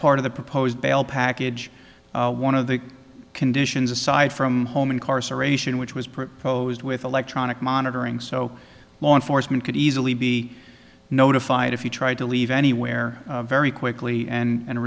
part of the proposed bail package one of the conditions aside from home incarceration which was proposed with electronic monitoring so law enforcement could easily be notified if you tried to leave anywhere very quickly and